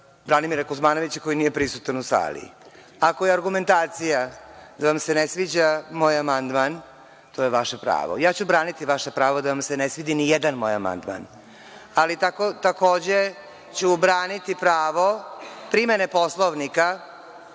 Branimira Kuzmanovića koji nije prisutan u sali. Ako je argumentacija da vam se ne sviđa moj amandman, to je vaše pravo. Ja ću braniti vaše pravo da vam se ne svidi ni jedan moj amandman, ali takođe ću braniti pravo primene Poslovnika